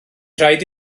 rhaid